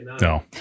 no